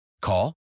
Call